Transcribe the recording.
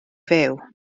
fyw